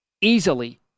easily